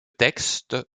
texte